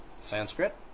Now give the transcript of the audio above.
sanskrit